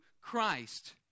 Christ